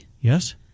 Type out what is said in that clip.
Yes